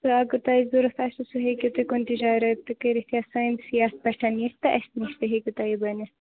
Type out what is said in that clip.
تہٕ اَگر تۄہہِ ضروٗرت آسٮ۪و سُہ ہٮ۪کِو تُہۍ کُنہِ جایہِ رٲبطہٕ کٔرِتھ یا سٲنِس یَتھ پٮ۪ٹھ یِتھ تہٕ اَسہِ نِش تہِ ہٮ۪کِو تۄہہِ یہِ بٔنِتھ